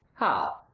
how!